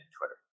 Twitter